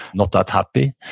not that happy.